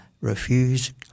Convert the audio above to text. refuse